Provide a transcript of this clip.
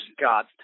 God